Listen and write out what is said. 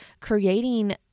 creating